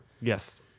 Yes